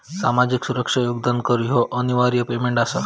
सामाजिक सुरक्षा योगदान कर ह्यो अनिवार्य पेमेंट आसा